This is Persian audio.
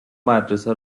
مدرسه